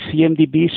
CMDBs